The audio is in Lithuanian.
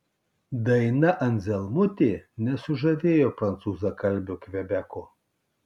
daina anzelmutė nesužavėjo prancūzakalbio kvebeko